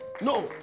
No